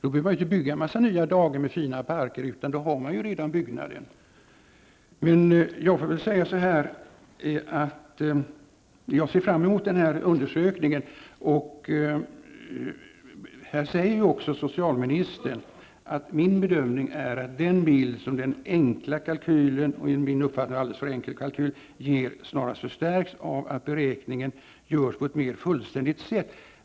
Då har man redan byggnaden, så man behöver inte bygga en massa nya daghem i fina parker. Jag ser fram emot denna undersökning. Socialministern säger också i svaret att ''min bedömning är att den bild som den enkla kalkylen'' -- en enligt min uppfattning alldeles för enkel kalkyl -- ''ger snarast förstärks av att beräkningen görs på ett mer fullständigt sätt''.